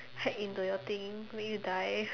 hide into your thing make you die